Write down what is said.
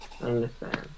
Understand